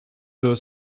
deux